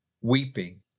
weeping